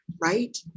right